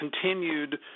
continued